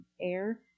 air